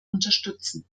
unterstützen